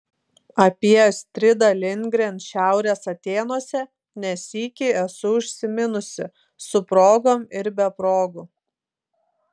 apie astridą lindgren šiaurės atėnuose ne sykį esu užsiminusi su progom ir be progų